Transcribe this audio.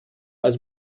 als